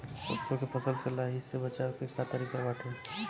सरसो के फसल से लाही से बचाव के का तरीका बाटे?